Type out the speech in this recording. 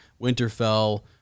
Winterfell